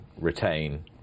retain